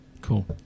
Cool